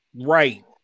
right